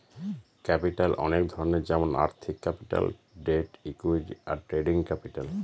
capital অনেক ধরনের যেমন আর্থিক ক্যাপিটাল, ডেট, ইকুইটি, আর ট্রেডিং ক্যাপিটাল